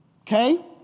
Okay